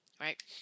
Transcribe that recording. Right